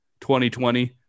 2020